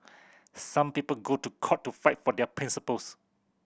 some people go to court to fight for their principles